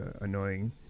annoying